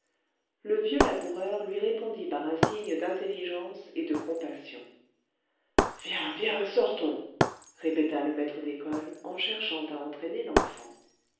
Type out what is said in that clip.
le vieux laboureur lui répondit par un signe d'intelligence et de compassion viens viens sortons répéta le maître d'école en cherchant à entraîner l'enfant